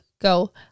go